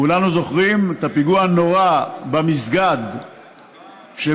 כולנו זוכרים את הפיגוע הנורא במסגד שבסיני,